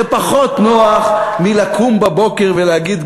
זה פחות נוח מלקום בבוקר ולהגיד: